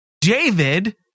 David